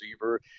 receiver